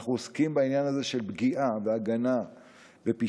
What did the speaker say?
אנחנו עוסקים בעניין הזה של פגיעה והגנה מפני